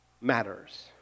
matters